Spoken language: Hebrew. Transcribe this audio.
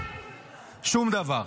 שום דבר.